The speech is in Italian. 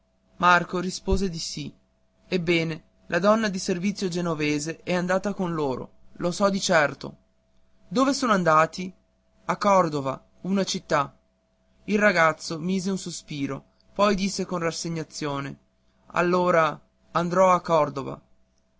marco rispose di sì ebbene la donna di servizio genovese è andata con loro lo so di certo dove sono andati a cordova una città il ragazzo mise un sospiro poi disse con rassegnazione allora andrò a cordova